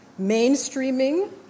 mainstreaming